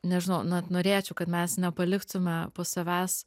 nežinau na norėčiau kad mes nepaliktume po savęs